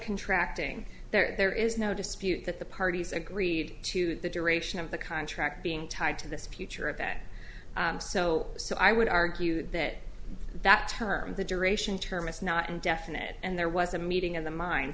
contract ing there is no dispute that the parties agreed to the duration of the contract being tied to this future at that so so i would argue that that term the duration term is not indefinite and there was a meeting of the mind